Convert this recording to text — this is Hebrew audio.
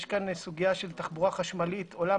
יש פה סוגיה של תחבורה חשמלית עולם